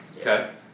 Okay